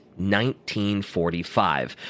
1945